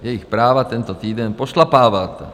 Jejich práva tento týden pošlapáváte.